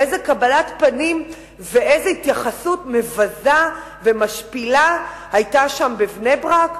איזו קבלת פנים ואיזו התייחסות מבזה ומשפילה היתה שם בבני-ברק.